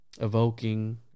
evoking